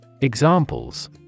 Examples